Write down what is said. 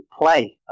play